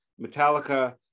Metallica